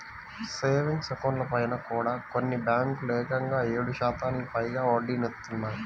savings అకౌంట్లపైన కూడా కొన్ని బ్యేంకులు ఏకంగా ఏడు శాతానికి పైగా వడ్డీనిత్తన్నాయి